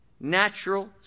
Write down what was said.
natural